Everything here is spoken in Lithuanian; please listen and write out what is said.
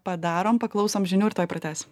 padarom paklausom žinių ir tuoj pratęsim